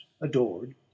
adored